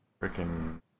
freaking